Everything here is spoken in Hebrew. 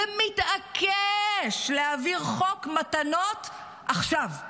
יושב פה ומתעקש להעביר חוק מתנות עכשיו,